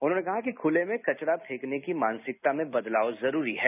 उन्होंने कहा कि खूले में कचरा फैंकने की मानसिकता में बदलाव जरूरी है